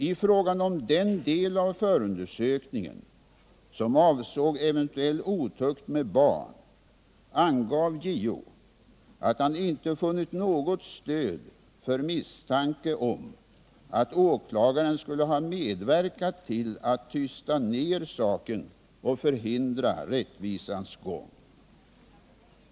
I fråga om den del av förundersökningen som avsåg eventuell otukt med barn angav JO att han inte funnit något stöd för misstanke om att åklagaren skulle ha medverkat till att tysta ner saken och förhindra rättvisans gång.